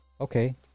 Okay